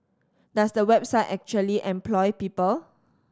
does the website actually employ people